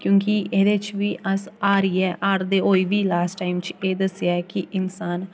क्योंकि एह्दे च बी अस हारियै हारदे होई बी लॉस्ट टाइम च एह् दस्सेआ ऐ कि इंसान